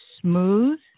smooth